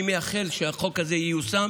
אני מייחל לזה שהחוק הזה ייושם